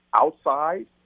Outside